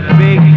big